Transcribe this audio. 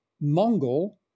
Mongol